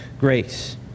grace